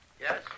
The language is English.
Yes